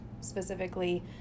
specifically